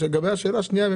לגבי השאלה השנייה.